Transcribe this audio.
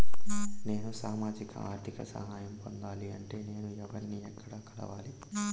నేను సామాజిక ఆర్థిక సహాయం పొందాలి అంటే నేను ఎవర్ని ఎక్కడ కలవాలి?